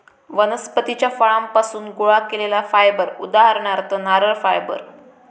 वनस्पतीच्या फळांपासुन गोळा केलेला फायबर उदाहरणार्थ नारळ फायबर